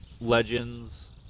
legends